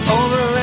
over